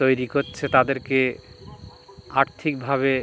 তৈরি করছে তাদেরকে আর্থিকভাবে